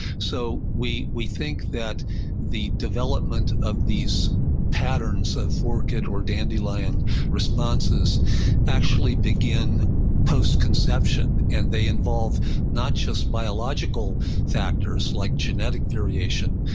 so we we think that the development of these patterns of orchid or dandelion responses actually begin post-conception, and they involve not just biological factors like genetic variation,